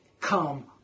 come